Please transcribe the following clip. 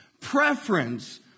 preference